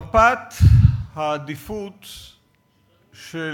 מפת העדיפות של